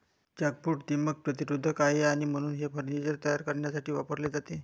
jackfruit हे दीमक प्रतिरोधक आहे आणि म्हणूनच ते फर्निचर तयार करण्यासाठी वापरले जाते